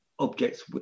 Objects